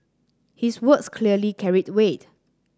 his words clearly carried weight